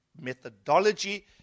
methodology